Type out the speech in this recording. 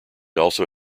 also